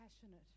passionate